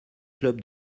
clubs